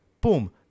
boom